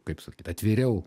kaip sakyt atviriau